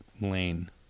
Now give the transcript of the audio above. lane